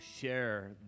share